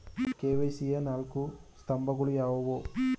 KYC ಯ ನಾಲ್ಕು ಸ್ತಂಭಗಳು ಯಾವುವು?